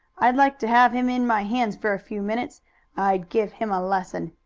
i'd like to have him in my hands for a few minutes i'd give him a lesson.